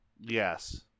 Yes